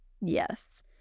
Yes